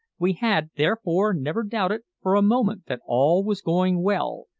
we had, therefore, never doubted for a moment that all was going well,